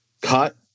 cut